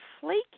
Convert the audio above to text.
flaky